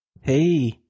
Hey